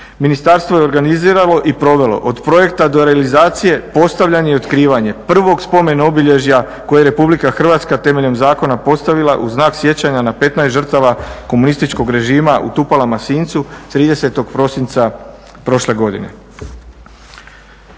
Ministarstvo je organiziralo i provelo od projekta do realizacije postavljanje i otkrivanje prvog spomen obilježja koje je Republika Hrvatska temeljem zakona postavila u znak sjećanja na 15 žrtava komunističkog režima u Tupalama sincu 30. prosinca prošle godine.